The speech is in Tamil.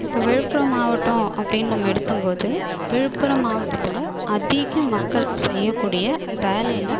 இப்போ விழுப்புரம் மாவட்டம் அப்படின்னு நம்ம எடுத்தம் போது விழுப்புரம் மாவட்டத்தில் அதிக மக்கள் செய்யக்கூடிய வேலைல